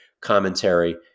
commentary